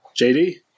jd